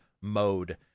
mode